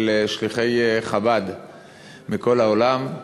שליחי חב"ד בכל העולם.